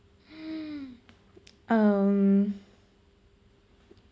um